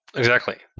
exactly.